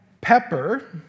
Pepper